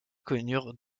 connurent